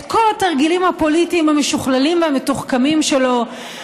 את כל התרגילים הפוליטיים המשוכללים והמתוחכמים שלו,